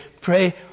pray